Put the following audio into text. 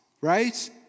right